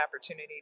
opportunity